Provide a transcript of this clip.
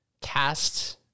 cast